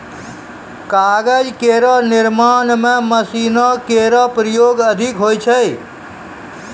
कागज केरो निर्माण म मशीनो केरो प्रयोग अधिक होय छै